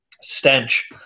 stench